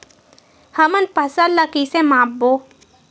हमन फसल ला कइसे माप बो?